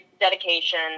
dedication